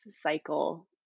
cycle